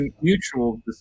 mutual